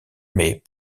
mais